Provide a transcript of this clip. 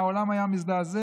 העולם היה מזדעזע.